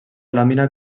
làmina